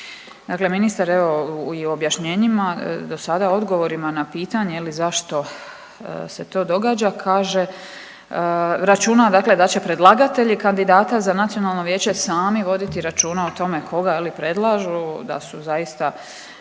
Dakle, ministar evo i u objašnjenjima dosada odgovorima na pitanje je li zašto se to događa kaže, računa dakle da će predlagatelji kandidata za nacionalno vijeće sami voditi računa o tome koga je li predlažu, da su zaista